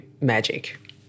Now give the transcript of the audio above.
magic